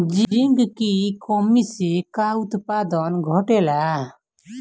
Zinc की कमी से का उत्पादन घटेला?